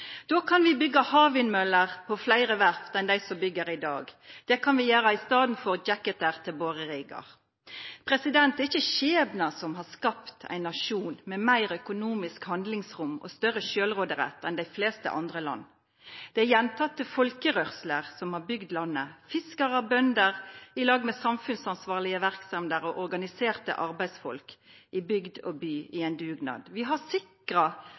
Då kan vi byggja havvindmøller på fleire verft enn dei som vi byggjer på i dag. Det kan vi gjera i staden for jacketar til boreriggar. Det er ikkje skjebnen som har skapt ein nasjon med meir økonomisk handlingsrom og større sjølvråderett enn dei fleste andre land har. Det er gjentekne folkerørsler som har bygd landet – fiskarar og bønder i lag med samfunnsansvarlege verksemder og organiserte arbeidsfolk i bygd og by i ein dugnad. Vi har sikra